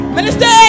Minister